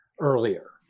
earlier